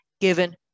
given